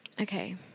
Okay